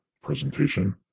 presentation